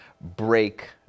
break